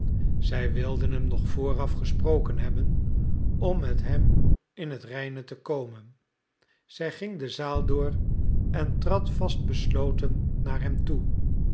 zij wilde hem nog vooraf gesproken hebben om met hem in het reine te komen zij ging de zaal door en trad vast besloten naar hem toe